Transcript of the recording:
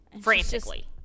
Frantically